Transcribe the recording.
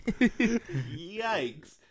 Yikes